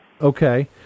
Okay